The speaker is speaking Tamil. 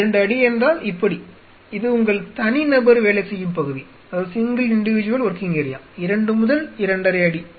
2 அடி என்றால் இப்படி இது உங்கள் தனி நபர் வேலை செய்யும் பகுதி 2 முதல் 2 அரை அடி